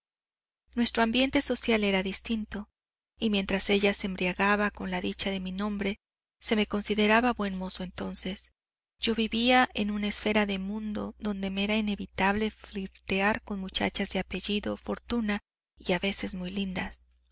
nuestro ambiente social era distinto y mientras ella se embriagaba con la dicha de mi nombre se me consideraba buen mozo entonces yo vivía en una esfera de mundo donde me era inevitable flirtear con muchachas de apellido fortuna y a veces muy lindas